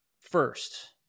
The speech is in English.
first